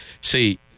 See